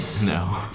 No